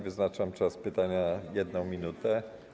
Wyznaczam czas pytania na 1 minutę.